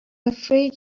afraid